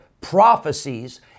prophecies